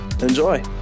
Enjoy